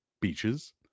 beaches